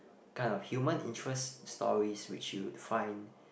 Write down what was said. kind of human interest stories which you would find